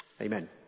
Amen